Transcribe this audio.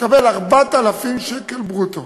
שמקבל 4,000 שקל ברוטו